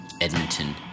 Edmonton